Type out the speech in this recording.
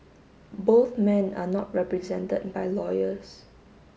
both men are not represented by lawyers